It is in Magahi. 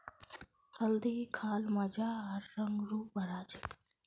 हल्दी खा ल मजा आर रंग रूप बढ़ा छेक